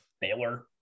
Baylor